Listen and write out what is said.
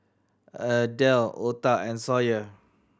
Adel Ota and Sawyer